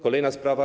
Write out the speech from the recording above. Kolejna sprawa.